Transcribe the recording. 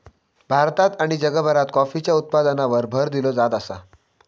भारतात आणि जगभरात कॉफीच्या उत्पादनावर भर दिलो जात आसा